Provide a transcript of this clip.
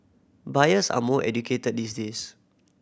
buyers are more educated these days